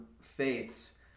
faiths